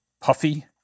puffy